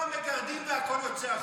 אתה יודע מה יפה אצלך?